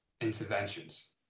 interventions